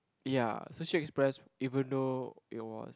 ya Sushi-Express even though it was